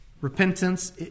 Repentance